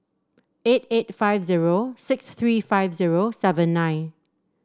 eight eight five zero six three five zero seven nine